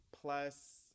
plus